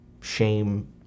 shame